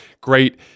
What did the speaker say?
great